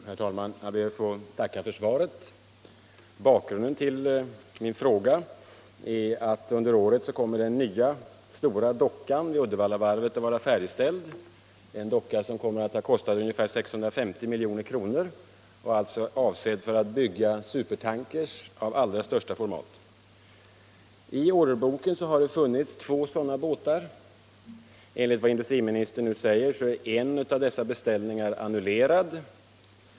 Herr talman! Jag ber att få tacka herr industriministern för svaret. Bakgrunden till min fråga är att under året kommer den nya stora dockan vid Uddevallavarvet att vara färdigställd. Den kommer att ha kostat ungefär 650 milj.kr. och skall användas för att bygga supertanker av allra största format. I varvets orderbok har det funnits två sådana båtar. Enligt vad industriministern säger i svaret är en av dessa beställningar annullerad.